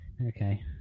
Okay